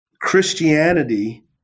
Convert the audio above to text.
Christianity